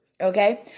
okay